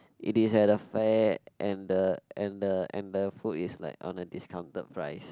it is at the fair and the and the and the food is like on a discounted price